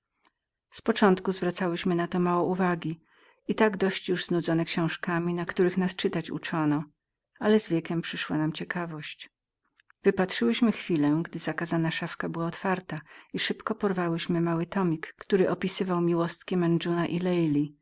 z początku zwracałyśmy na to mało uwagę i tak dość już znudzone książkami na których nas czytać uczono ale z wiekiem przyszła nam ciekawość wypatrzyłyśmy chwilę gdzie zakazana szafka była otwartą i szybko porwałyśmy mały tomik który opisywał miłostki medżenuna i